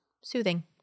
Soothing